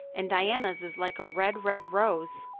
and diana's is like a red, red rose.